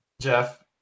Jeff